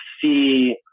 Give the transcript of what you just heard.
see